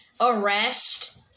arrest